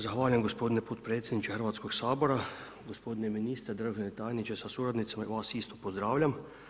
Zahvaljujem gospodine potpredsjedniče Hrvatskoga sabora, gospodine ministre, državni tajniče sa suradnicima i vas isto pozdravljam.